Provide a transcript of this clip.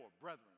brethren